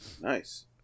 Nice